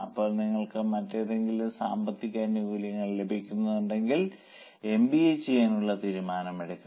അപ്പോൾ നിങ്ങൾ മറ്റെന്തെങ്കിലും സാമ്പത്തിക ആനുകൂല്യങ്ങൾ ലഭിക്കുന്നുണ്ടെങ്കിൽ എംബിഎ ചെയ്യാനുള്ള തീരുമാനം എടുക്കണം